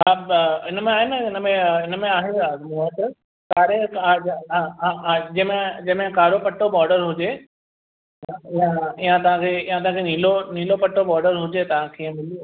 सभु आहे इनमें आहे न इनमें इनमें आहे इहा त आहे जंहिंमें जंहिंमें कारो पट्टो बॉर्डर हुजे ईअं तव्हांखे ईअं तव्हांखे नीरो नीलो पट्टो बॉर्डर हुजे तव्हांखे ईअ